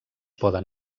poden